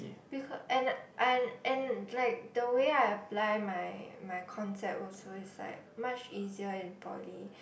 beca~ and I and like the way I apply my my concept also is like much easier in poly